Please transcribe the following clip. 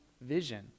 vision